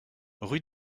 rue